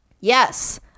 yes